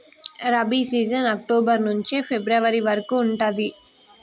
rabi season October నుంచి February వరకు ఉంటది